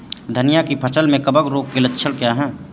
धनिया की फसल में कवक रोग के लक्षण क्या है?